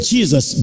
Jesus